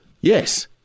Yes